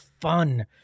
fun